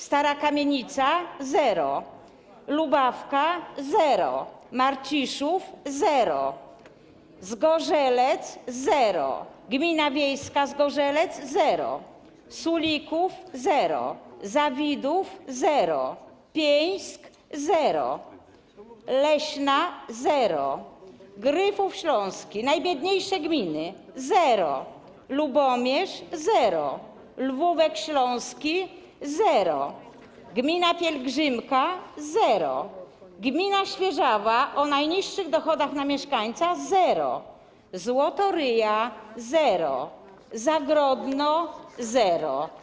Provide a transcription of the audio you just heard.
Stara Kamienica - zero, Lubawka - zero, Marciszów - zero, Zgorzelec - zero, gmina wiejska Zgorzelec - zero, Sulików - zero, Zawidów - zero, Pieńsk - zero, Leśna - zero, Gryfów Śląski, najbiedniejsze gminy - zero, Lubomierz - zero, Lwówek Śląski - zero, gmina Pielgrzymka - zero, gmina Świerzawa, o najniższych dochodach na mieszkańca - zero, Złotoryja - zero, Zagrodno - zero.